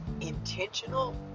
intentional